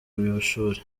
by’ishuri